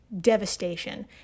devastation